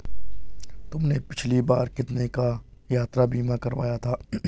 तुमने पिछली बार कितने का यात्रा बीमा करवाया था?